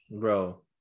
Bro